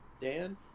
Dan